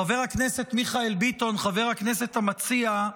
חבר הכנסת מיכאל ביטון, חבר הכנסת המציע,